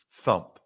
thump